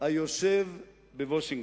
היושב בוושינגטון,